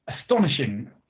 astonishing